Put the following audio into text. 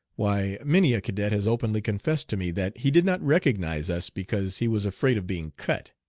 why, many a cadet has openly confessed to me that he did not recognize us because he was afraid of being cut.